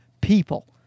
people